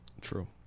true